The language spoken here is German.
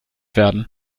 werden